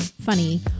funny